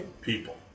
people